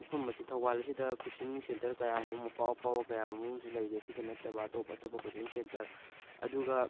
ꯃꯐꯝ ꯑꯁꯤ ꯊꯧꯕꯥꯜ ꯑꯁꯤꯗ ꯀꯣꯆꯤꯡ ꯁꯦꯟꯇꯔ ꯀꯌꯥ ꯑꯃ ꯑꯐꯥꯎ ꯑꯐꯥꯎꯕ ꯀꯌꯥ ꯃꯔꯨꯝ ꯑꯃꯁꯨ ꯂꯩꯔꯤ ꯑꯁꯤꯗ ꯅꯠꯇꯕ ꯑꯦꯇꯣꯞ ꯑꯇꯣꯞꯄ ꯀꯣꯆꯤꯡ ꯁꯦꯟꯇꯔ ꯑꯗꯨꯒ